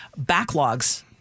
backlogs